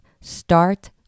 start